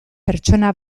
pertsona